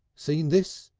seen this?